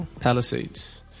Palisades